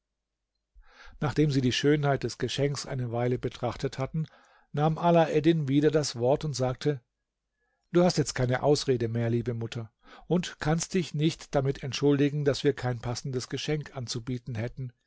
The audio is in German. nachdem sie die schönheit des geschenks eine weile betrachtet hatten nahm alaeddin wieder das wort und sagte du hast jetzt keine ausrede mehr liebe mutter und kannst dich nicht damit entschuldigen daß wir kein passendes geschenk anzubieten hätten